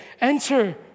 Enter